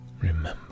Remember